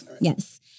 Yes